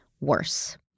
worse